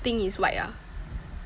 thing is white ah